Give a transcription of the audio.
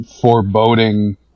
foreboding